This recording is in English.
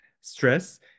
stress